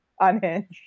Unhinged